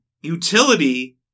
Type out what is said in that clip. Utility